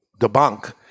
debunk